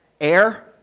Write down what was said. Air